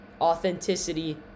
authenticity